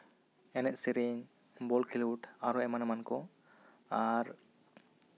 ᱮᱱᱮᱡ ᱥᱮᱨᱮᱧ ᱵᱚᱞ ᱠᱷᱮᱞᱳᱰ ᱟᱨᱚ ᱮᱢᱟᱱ ᱮᱢᱟᱱ ᱠᱚ ᱟᱨ